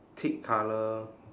teak colour